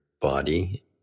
body